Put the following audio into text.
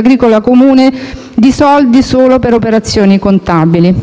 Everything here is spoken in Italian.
usufruiscono di soldi solo per operazioni contabili.